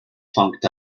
funked